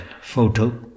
photo